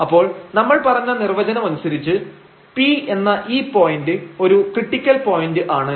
അപ്പോൾ നമ്മൾ പറഞ്ഞ നിർവചനമനുസരിച്ച് P എന്ന ഈ പോയന്റ് ഒരു ക്രിട്ടിക്കൽ പോയന്റ് ആണ്